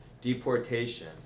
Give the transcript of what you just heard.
deportation